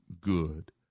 good